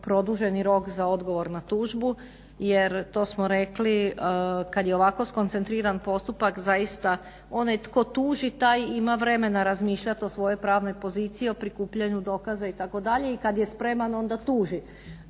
produženi rok za odgovor na tužbu jer to smo rekli kad je ovako skoncentriran postupak zaista onaj tko tuži taj ima vremena razmišljat o svojoj pravnoj poziciji, o prikupljanju dokaza itd. i kad je spreman onda tuži.